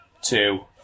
two